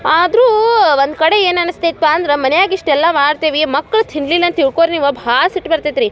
ಆದರೂ ಒಂದು ಕಡೆ ಏನು ಅನಿಸ್ತೈತ್ ಪಾ ಅಂದ್ರೆ ಮನ್ಯಾಗೆ ಇಷ್ಟೆಲ್ಲ ಮಾಡ್ತೇವೆ ಮಕ್ಳು ತಿನ್ನಲಿಲ್ಲ ಅಂತ ತಿಳ್ಕೋರಿ ನೀವು ಭಾಳ ಸಿಟ್ಟು ಬರ್ತೈತೆ ರೀ